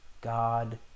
God